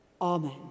Amen